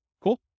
Cool